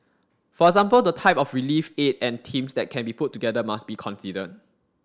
for example the type of relief aid and teams that can be put together must be considered